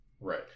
Right